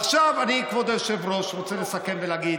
עכשיו, כבוד היושב-ראש, אני רוצה לסכם ולהגיד,